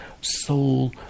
soul